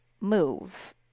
move